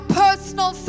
personal